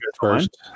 first